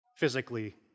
physically